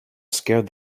scared